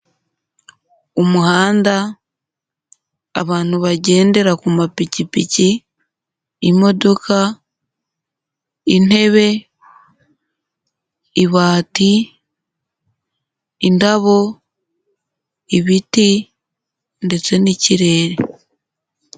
Umuhanda, abantu bagendera ku mapikipiki, imodoka, intebe, ibati, indabo, ibiti ndetse n'ikirere.